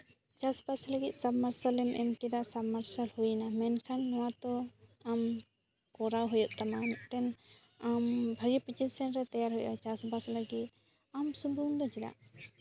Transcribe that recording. ᱪᱟᱥᱼᱵᱟᱥ ᱞᱟᱹᱜᱤᱫ ᱥᱟᱵᱽᱼᱢᱟᱨᱥᱟᱞᱮᱢ ᱮᱢ ᱠᱮᱫᱟ ᱥᱟᱵᱽᱼᱢᱟᱨᱥᱟᱞ ᱦᱩᱭᱱᱟ ᱢᱮᱱᱠᱷᱟᱱ ᱱᱚᱣᱟ ᱛᱚ ᱠᱚᱨᱟᱣ ᱦᱩᱭᱩᱜ ᱛᱟᱢᱟ ᱢᱤᱫᱴᱮᱱ ᱵᱷᱟᱜᱮ ᱯᱚᱡᱤᱥᱮᱱ ᱨᱮ ᱛᱮᱭᱟᱨ ᱦᱩᱭᱩᱜᱼᱟ ᱪᱟᱥᱼᱵᱟᱥ ᱞᱟᱹᱜᱤᱫ ᱟᱢ ᱥᱩᱢᱩᱝ ᱫᱚ ᱪᱮᱫᱟᱜ